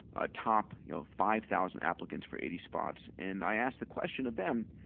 ah top you know five thousand applicants for eighty spots and i asked the question of them,